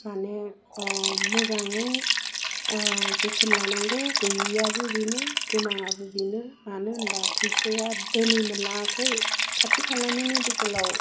माने मोजाङै जोथोन लानांगौ गैयैयाबो बेनो गोनाङाबो बेनो मानो होनबा फैसाया दिनै मोनलाङाखै खाथि खालानि मेडिकेलाव